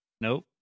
Nope